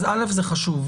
זה חשוב.